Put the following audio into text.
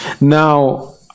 Now